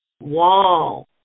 wall